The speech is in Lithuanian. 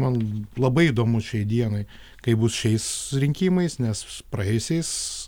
man labai įdomu šiai dienai kaip bus šiais rinkimais nes praėjusiais